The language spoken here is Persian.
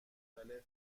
مختلف